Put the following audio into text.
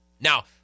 Now